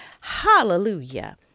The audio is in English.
Hallelujah